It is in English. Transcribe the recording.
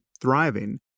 thriving